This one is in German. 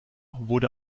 wurde